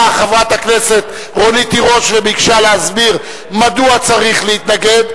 חברת הכנסת רונית תירוש וביקשה להסביר מדוע צריך להתנגד,